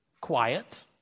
quiet